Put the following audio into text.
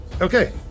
Okay